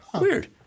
Weird